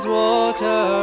water